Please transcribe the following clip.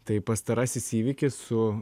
tai pastarasis įvykis su